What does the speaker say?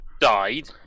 died